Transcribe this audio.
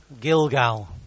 Gilgal